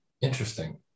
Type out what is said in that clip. Interesting